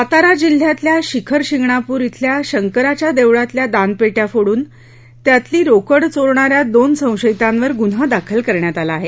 सातारा जिल्ह्यातल्या शिखर शिंगणापूर अल्या शंकराच्या देवळातल्या दानपेटया फोडून त्यातली रोकड चोरणा या दोन संशयितांवर गुन्हा दाखल करण्यात आला आहे